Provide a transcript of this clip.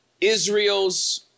Israel's